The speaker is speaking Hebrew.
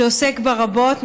שעוסק בה רבות,